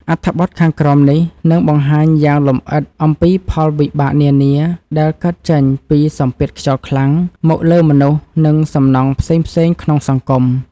អត្ថបទខាងក្រោមនេះនឹងបង្ហាញយ៉ាងលម្អិតអំពីផលវិបាកនានាដែលកើតចេញពីសម្ពាធខ្យល់ខ្លាំងមកលើមនុស្ស និងសំណង់ផ្សេងៗក្នុងសង្គម។